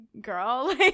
girl